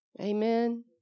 Amen